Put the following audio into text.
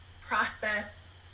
process